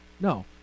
No